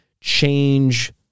change